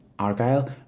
Argyle